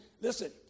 Listen